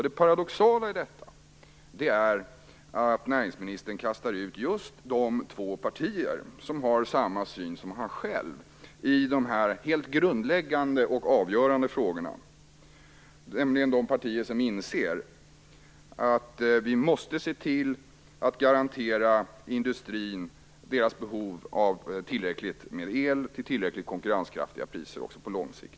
Det paradoxala i detta är att näringsministern kastade ut just de två partier som har samma syn som han själv i de här helt grundläggande och avgörande frågorna, nämligen de partier som inser att vi måste garantera industrin deras behov av tillräckligt med el till tillräckligt konkurrenskraftiga priser också på lång sikt.